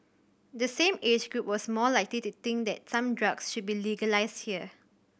the same age group was more likely to think that some drugs should be legalised here